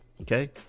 Okay